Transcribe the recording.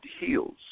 heals